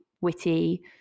witty